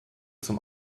zum